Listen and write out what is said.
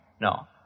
No